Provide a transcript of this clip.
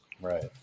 Right